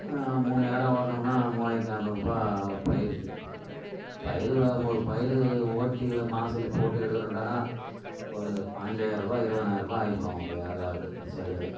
மூணு நேரம் ஓட்டுனோம்னா மூவாயிரத்து அறுநூறூபா ஒரு பயிருக்கு பயிர் நாம ஒரு பயிர் ஓட்டி மாசல்லு போட்டு எடுக்குறேண்டான்னா ஒரு பாஞ்சாயிரரூபா இருபதனாயிரபா ஆயிப்புடும் ஒரு ஏக்கராவுக்கு செலவு